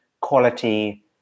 quality